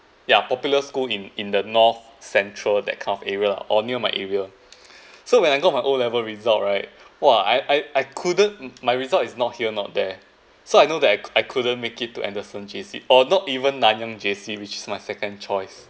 ya popular school in in the north central that kind of area lah or near my area so when I got my O levels result right !wah! I I I couldn't my result is not here not there so I know that I I couldn't make it to anderson J_C or not even Nanyang J_C which is my second choice